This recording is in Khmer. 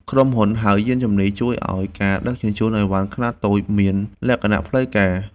ក្រុមហ៊ុនហៅយានជំនិះ ជួយឱ្យការដឹកជញ្ជូនឥវ៉ាន់ខ្នាតតូចមានលក្ខណៈផ្លូវការ។